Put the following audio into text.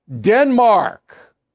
Denmark